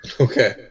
Okay